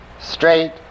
straight